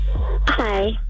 Hi